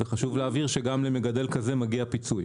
חשוב להבהיר שגם למגדל כזה מגיע פיצוי.